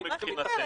לא מבחינתנו.